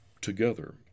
together